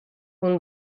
اون